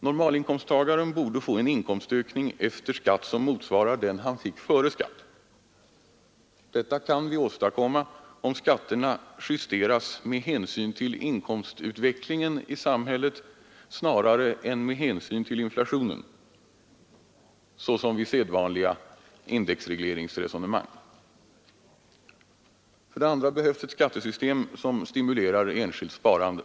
Normalinkomsttagaren borde få en inkomstökning efter skatt som motsvarar den han fick före skatt. Detta kan vi åstadkomma om skatterna justeras med hänsyn till inkomstutvecklingen i samhället snarare än med hänsyn till inflationen, såsom vid sedvanliga indexregleringsresonemang. För det andra behövs ett skattesystem som stimulerar enskilt sparande.